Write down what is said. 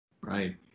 Right